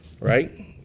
right